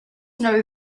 know